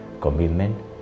commitment